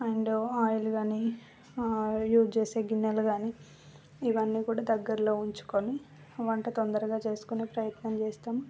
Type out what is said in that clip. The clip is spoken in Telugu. అండ్ ఆయిల్ కానీ యూజ్ చేసే గిన్నెలు కానీ ఇవన్నీ కూడా దగ్గరలో ఉంచుకుని వంట తొందరగా చేసుకునే ప్రయత్నం చేస్తాము